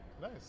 Nice